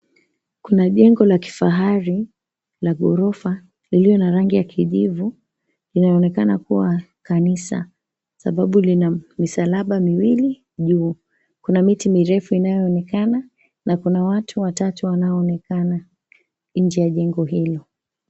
Kuna jengo la kifahari la ghorofa iliyo na rangi ya kijivu inayoonekana kuwa kanisa kwa sababu lina misalaba miwili juu, kuna miti mirefu inayoonekana na kuna watu watatu wanaoonekana nje ya jengo hilo.